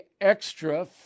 extra